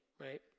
right